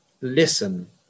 listen